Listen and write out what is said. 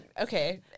Okay